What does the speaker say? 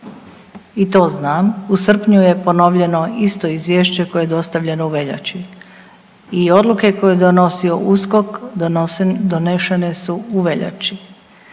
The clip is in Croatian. i to znam, u srpnju je ponovljeno isto izvješće koje je dostavljeno u veljači. I odluke koje je donosio USKOK donošene su u veljači.